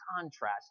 contrast